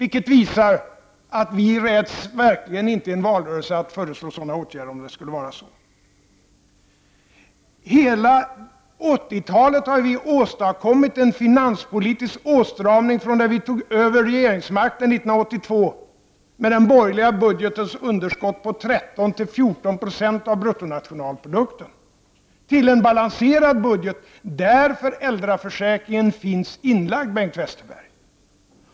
Det visar att vi verkligen inte räds att föreslå sådana åtgärder i en valrörelse om det skulle vara behövligt. Under hela 1980-talet har vi åstadkommit en finanspolitisk åtstramning, från när vi tog över regeringsmakten 1982, när det borgerliga budgetunderskottet var på 13-14 96 av bruttonationalprodukten, till en balanserad budget där föräldraförsäkringen finns inlagd, Bengt Westerberg.